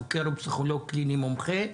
חוקר ופסיכולוג קליני מומחה,